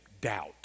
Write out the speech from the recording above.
doubt